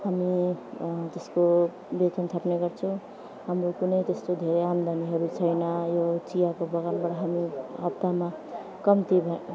हामी त्यसको बेतन थाप्ने गर्छौँ हाम्रो कुनै त्यस्तो धेरै आमदानीहरू छैन यो चियाको बगानबाट हामी हप्तामा कम्ती भए